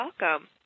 welcome